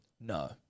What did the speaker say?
No